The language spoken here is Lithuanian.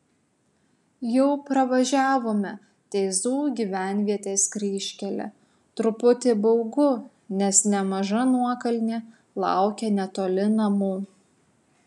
jau pravažiavome teizų gyvenvietės kryžkelę truputį baugu nes nemaža nuokalnė laukia netoli namų